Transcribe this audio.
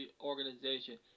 organization